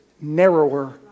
narrower